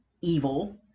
evil